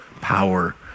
power